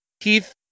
Keith